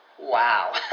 Wow